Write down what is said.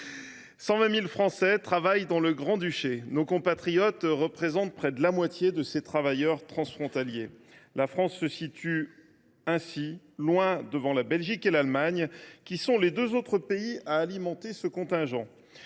120 000 Français travaillent dans le Grand Duché. Nos compatriotes représentent près de la moitié des travailleurs transfrontaliers de ce pays. Ainsi, la France se situe loin devant la Belgique et l’Allemagne, qui sont les deux autres pays à alimenter ce contingent.